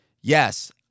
Yes